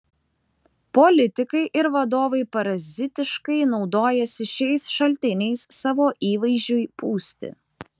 politikai ir vadovai parazitiškai naudojasi šiais šaltiniais savo įvaizdžiui pūsti